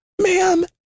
Ma'am